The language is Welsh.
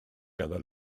ganddo